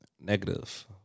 Negative